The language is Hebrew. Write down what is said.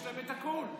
יש להם את הכול.